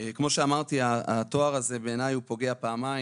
כמו שאמרתי, התואר הזה, בעיניי פוגע פעמיים.